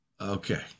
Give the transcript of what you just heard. Okay